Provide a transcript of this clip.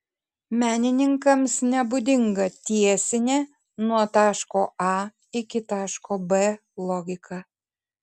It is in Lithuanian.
menininkams nebūdinga tiesinė nuo taško a iki taško b logika